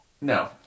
no